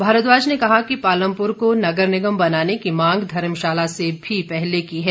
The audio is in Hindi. भारद्वाज ने कहा कि पालमपुर को नगर निगम बनाने की मांग धर्मशाला से भी पहले की है